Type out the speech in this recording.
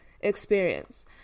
experience